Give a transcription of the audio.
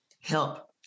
help